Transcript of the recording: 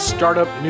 Startup